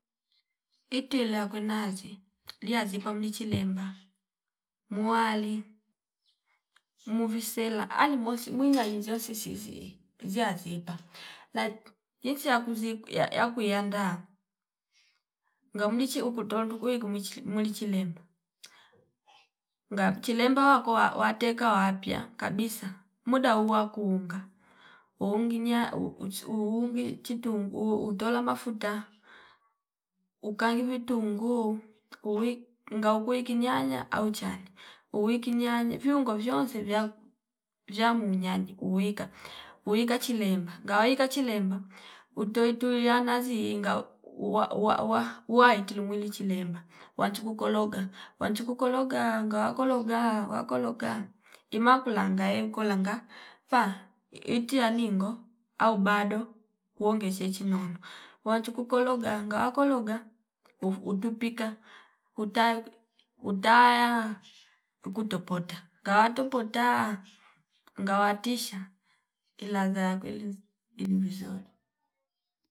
Ikila yakwe nazi liya zipa mlichilemba muwali muvisela alimosi mwinya linzionsi sizi ziyazipa laki jinsi yakuzi ya- yakuyanda ngamniche ukutondo kwi ngumuichi muli chilemba ngam chilemba wakoa wa- wateka wapya kabisa muda uwakuunga uunginya uu- uutsu uungi chitung uuu- utola mafuta ukani vitungu uwi ngau kweiki nyanya au chandi uwiki nyanya viungo vyonse vyaku vyamu nyanyi uwika uwika chilemba ngawika chilemba utoi toi yana ziinga uwa waa- waa- waa uwai tulumwili chilemba wanchu kukologa wanchu kukologa ngawa kologa wakologa imakulanga ekolanga paa iti aningo au bado wonge cheche nombo wanchu kukologa ngawa kologa utupika utali utaya ukutopota ngawa topota ngawa tisha iladha yakwelizi ili vizuri